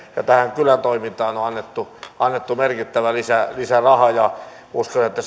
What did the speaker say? ja tähän kylätoimintaan on on annettu annettu merkittävä lisäraha uskon että